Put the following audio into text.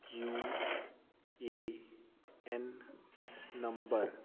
U A N number